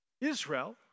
Israel